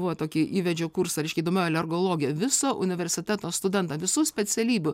buvo tokį įvedžiau kursą reiškia įdomioji alergologija viso universiteto studentą visų specialybių